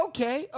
Okay